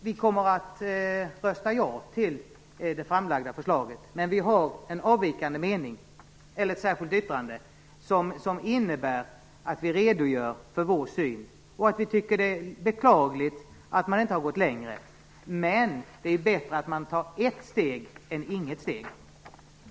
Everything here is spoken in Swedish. Vi kommer att rösta ja till det framlagda förslaget, men vi har en avvikande mening. Vi har ett särskilt yttrande i vilket vi redogör för vår syn. Vi tycker att det är beklagligt att man inte har gått längre. Men det är bättre att man tar ett steg än att man inte tar något steg alls.